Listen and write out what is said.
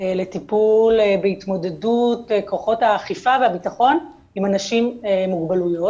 לטיפול בהתמודדות כוחות האכיפה והביטחון עם אנשים עם מוגבלויות,